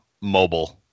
mobile